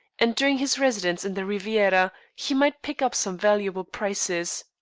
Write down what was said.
and during his residence in the riviera he might pick up some valuable prizes.